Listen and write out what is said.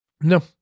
No